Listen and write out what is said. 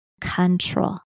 control